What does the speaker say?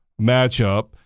matchup